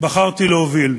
בחרתי להוביל.